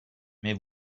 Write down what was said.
mais